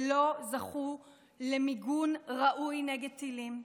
שלא זכו למיגון ראוי נגד טילים,